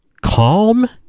calm